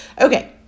Okay